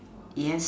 yes